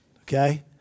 okay